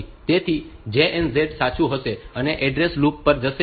તેથી JNZ સાચું હશે અને આ એડ્રેસ લૂપ પર જશે